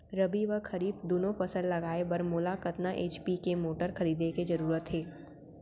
रबि व खरीफ दुनो फसल लगाए बर मोला कतना एच.पी के मोटर खरीदे के जरूरत हे?